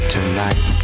Tonight